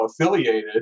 affiliated